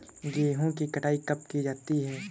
गेहूँ की कटाई कब की जाती है?